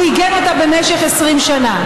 שהוא עיגן אותה במשך 20 שנה.